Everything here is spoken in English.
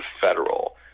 federal